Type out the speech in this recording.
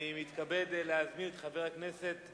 אני מתכבד להזמין את חבר הכנסת